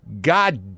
God